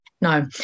No